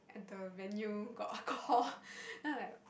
at the venue got alcohol then I like